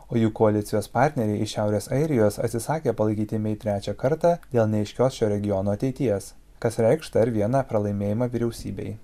o jų koalicijos partneriai iš šiaurės airijos atsisakė palaikyti mei trečią kartą dėl neaiškios šio regiono ateities kas reikš dar vieną pralaimėjimą vyriausybei